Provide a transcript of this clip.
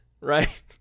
right